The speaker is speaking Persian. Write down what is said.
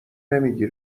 نمیگی